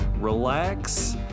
relax